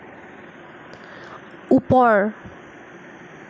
ওপৰ